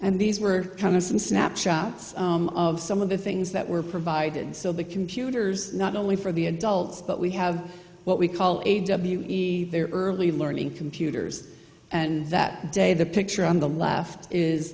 and these were kind of some snapshots of some of the things that were provided so the computers not only for the adults but we have what we call a w e e e their early learning computers and that day the picture on the left is